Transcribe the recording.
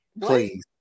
Please